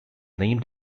named